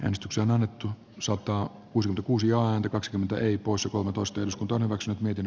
äänestyksen alettu soittaa kuusi kuusi on kakskymmentä ei pois ohutusten soutuneuvokset miten